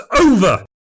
over